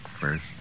first